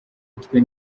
mutwe